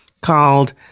called